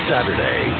Saturday